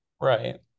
Right